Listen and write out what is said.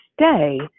stay